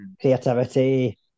creativity